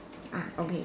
ah okay